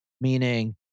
Meaning